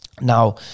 now